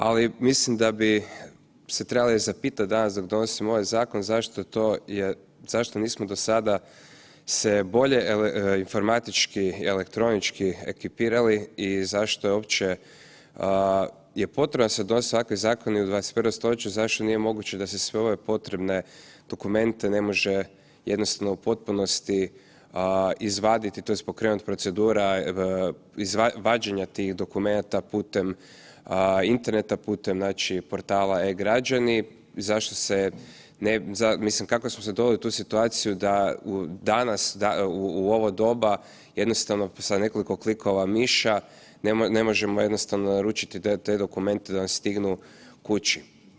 Ali, mislim da bi se trebali zapitati danas dok donosimo ovaj zakon, zašto to je, zašto nismo do sada se bolje informatički i elektronički ekipirali i zašto je uopće je potrebno da se donosi ovakvi zakoni u 21. st., zašto nije moguće da se sve ove potrebne dokumente ne može jednostavno u potpunosti izvaditi, tj. pokrenuti procedura vađenja tih dokumenata putem interneta, putem portala e-Građani i zašto se, mislim kako smo se doveli u tu situaciju da danas u ovo doba jednostavno sa nekoliko klikova miša ne možemo jednostavno naručiti te dokumente da nam stignu kući?